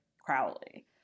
Crowley